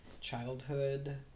childhood